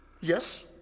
Yes